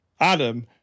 Adam